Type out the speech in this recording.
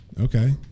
Okay